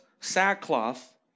sackcloth